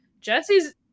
Jesse's